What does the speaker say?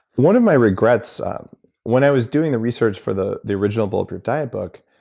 one of my regrets when i was doing the research for the the original bulletproof diet book,